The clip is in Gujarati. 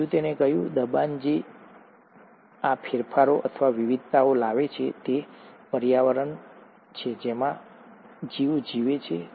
બીજું તેણે કહ્યું દબાણ જે આ ફેરફારો અથવા વિવિધતાઓ લાવે છે તે પર્યાવરણ છે જેમાં જીવ જીવે છે